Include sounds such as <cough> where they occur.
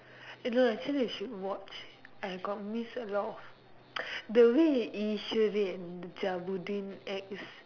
eh no actually you should watch I got miss a lot of the <noise> the way Eswari and Jabuddin acts